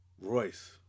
Royce